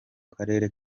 karere